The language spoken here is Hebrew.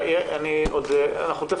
אנחנו תיכף